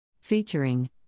Featuring